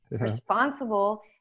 responsible